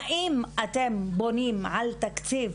האם אתם בונים על תקציב?